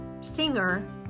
singer